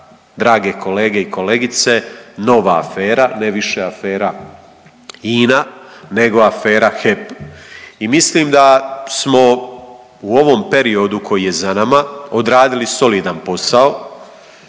drage kolege i kolegice nova afera, ne više afera INA nego afera HEP. I mislim da smo u ovom periodu koji je za nama odradili solidan posao,